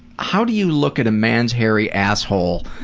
how do you look at a man's hairy asshole,